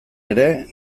ere